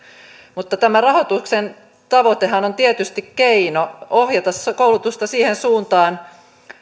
mutta tämän rahoituksen tavoitehan on tietysti keino ohjata koulutusta siihen suuntaan